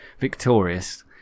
victorious